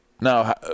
Now